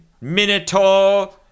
Minotaur